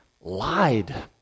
lied